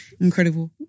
Incredible